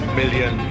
million